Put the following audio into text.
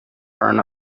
earn